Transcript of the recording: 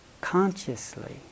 consciously